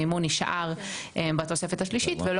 המימון נשאר בתוספת השלישית ולא